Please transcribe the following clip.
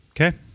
Okay